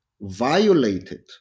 violated